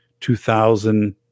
2000